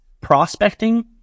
prospecting